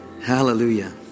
Hallelujah